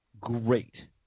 Great